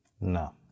No